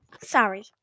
Sorry